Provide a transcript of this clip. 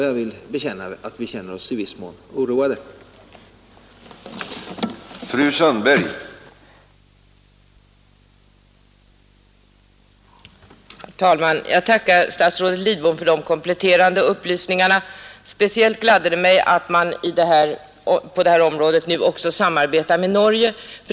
Jag vill bekänna att vi känner oss i viss mån oroade.